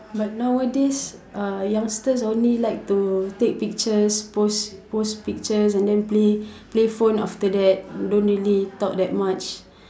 but nowadays uh youngsters only like to take pictures post post pictures and then play play phone after that don't really talk that much